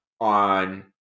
on